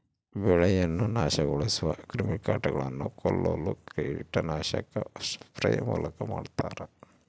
ಬೆಳೆಯನ್ನು ನಾಶಗೊಳಿಸುವ ಕ್ರಿಮಿಕೀಟಗಳನ್ನು ಕೊಲ್ಲಲು ಕೀಟನಾಶಕ ಸ್ಪ್ರೇ ಮೂಲಕ ಮಾಡ್ತಾರ